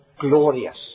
glorious